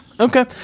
Okay